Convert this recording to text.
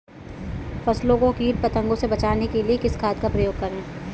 फसलों को कीट पतंगों से बचाने के लिए किस खाद का प्रयोग करें?